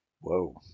Whoa